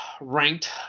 ranked